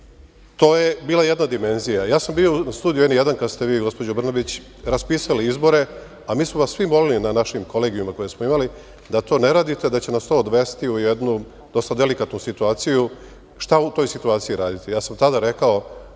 to je bila jedna dimenzija. Ja sam bio u studiju N1, kada ste vi gospođo Brnabić, raspisali izbore, a mi smo vas svi molili na našim kolegijumima koje smo imali, da to ne radite da će nas to odvesti u jednu dosta delikatnu situaciju, šta u toj situaciji raditi. Tada sam rekao